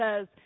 says